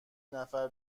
نفر